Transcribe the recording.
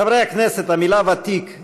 הצעות לסדר-היום מס' 7226,